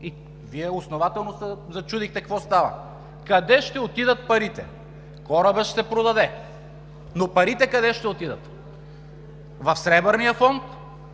и Вие основателно се зачудихте какво става: къде ще отидат парите? Корабът ще се продаде, но парите къде ще отидат – в Сребърния фонд,